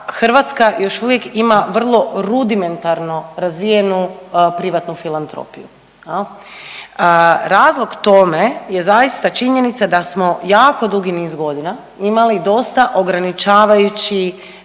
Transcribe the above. Hrvatska još uvijek ima vrlo rudimentarno razvijenu privatnu filantropiju, jel. Razlog tome je zaista činjenica da smo jako dugi niz godina imali dosta ograničavajući